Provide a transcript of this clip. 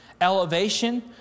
elevation